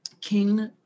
King